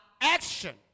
action